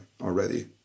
already